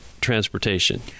transportation